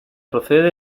procede